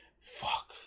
Fuck